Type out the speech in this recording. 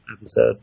episode